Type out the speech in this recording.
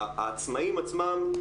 העצמאים עצמם,